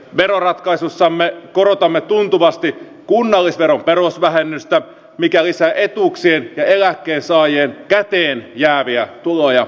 veroratkaisussamme korotamme tuntuvasti kunnallisveron perusvähennystä mikä lisää etuuksia saavien ja eläkkeensaajien käteenjääviä tuloja